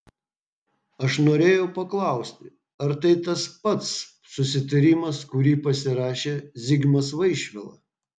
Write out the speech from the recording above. aš norėjau paklausti ar tai tas pats susitarimas kurį pasirašė zigmas vaišvila